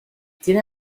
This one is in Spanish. tiene